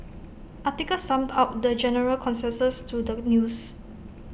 article summed up the general consensus to the news